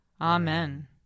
Amen